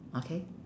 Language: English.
okay